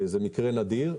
זה מקרה נדיר,